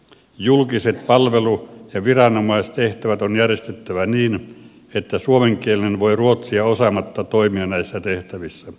julkiset palvelu ja viranomaistehtävät on järjestettävä niin että suomenkielinen voi ruotsia osaamatta toimia näissä tehtävissä